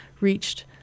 reached